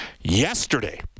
Yesterday